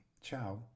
Ciao